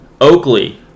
Oakley